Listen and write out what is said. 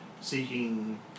seeking